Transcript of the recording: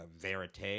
verite